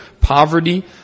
poverty